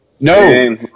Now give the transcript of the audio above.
No